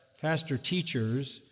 pastor-teachers